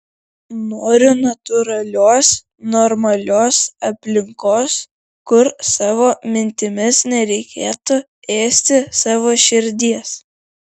noriu natūralios normalios aplinkos kur savo mintimis nereikėtų ėsti savo širdies